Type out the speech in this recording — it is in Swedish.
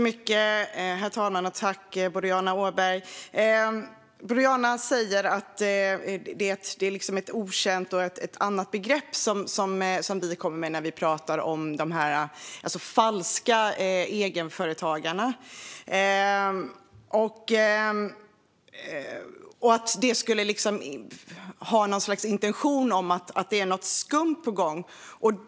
Herr talman! Boriana Åberg säger att det är ett okänt begrepp som vi kommer med när vi pratar om de falska egenföretagarna och att begreppet skulle indikera att det är något skumt på gång.